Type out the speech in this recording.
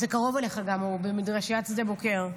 זה קרוב גם אליך, הוא במדרשית שדה בוקר,